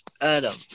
Adam